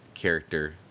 Character